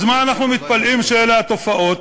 אז מה אנחנו מתפלאים שאלה התופעות?